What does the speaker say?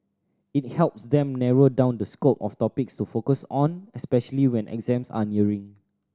it helps them narrow down the scope of topics to focus on especially when exams are nearing